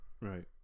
Right